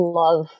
love